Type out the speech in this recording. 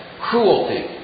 cruelty